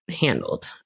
handled